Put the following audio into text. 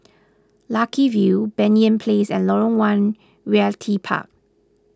Lucky View Banyan Place and Lorong one Realty Park